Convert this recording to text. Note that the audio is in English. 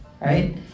right